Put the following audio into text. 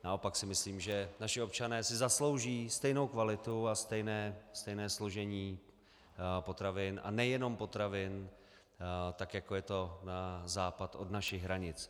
Naopak si myslím, že naši občané si zaslouží stejnou kvalitu a stejné složení potravin, a nejenom potravin, tak jako je to na západ od našich hranic.